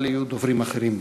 אבל יהיו דוברים אחרים ודאי.